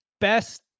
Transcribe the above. best